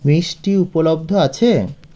মিষ্টি উপলব্ধ আছে